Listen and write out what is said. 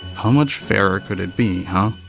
how much fairer could it be, huh?